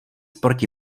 proti